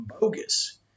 bogus